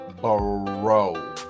Bro